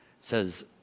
says